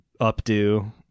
updo